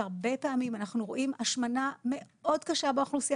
שהרבה פעמים אנחנו רואים השמנה מאוד קשה באוכלוסייה